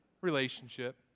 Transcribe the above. Relationship